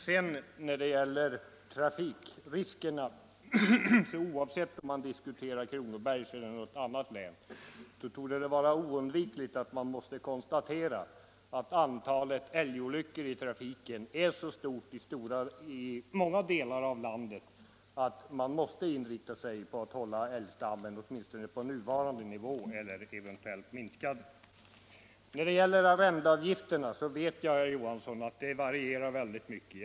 När det sedan gäller trafikriskerna torde det, oavsett om man diskuterar Kronobergs län eller något annat län, vara ovedersägligt att i många delar av landet antalet älgolyckor i trafiken är så stort att man måste inrikta sig på att hålla älgstammen nere på åtminstone nuvarande nivå eller eventuellt gå under denna. När det gäller arrendeavgifterna vet jag, herr Johansson, att de varierar i stor utsträckning.